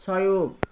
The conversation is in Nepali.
सहयोग